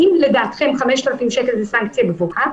האם לדעתכם 5,000 שקל זה סנקציה גבוהה?